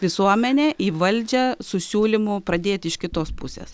visuomenę į valdžią su siūlymu pradėti iš kitos pusės